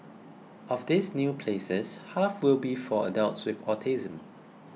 of these new places half will be for adults with autism